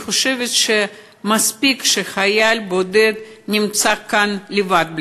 אני חושבת שמספיק שחייל בודד נמצא כאן לבד,